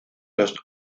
los